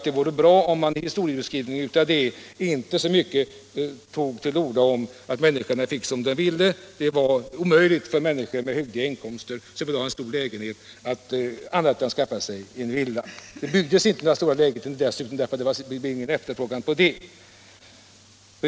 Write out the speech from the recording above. Det vore bra om man i historieskrivningen inte tog till orda så mycket om att människorna fick som de ville. Det var nästan omöjligt för människor med hyggliga inkomster att underlåta att skaffa sig en villa. Dessutom byggdes inga stora hyreslägenheter, eftersom det inte fanns någon efterfrågan på dem.